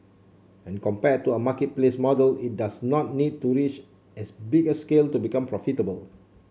and compared to a marketplace model it does not need to reach as big a scale to become profitable